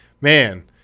man